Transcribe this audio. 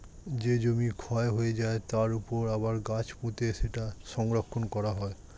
যেই জমি ক্ষয় হয়ে যায়, তার উপর আবার গাছ পুঁতে সেটা সংরক্ষণ করা হয়